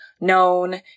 known